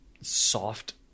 soft